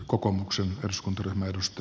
kokoomuksen eduskuntaryhmä nosti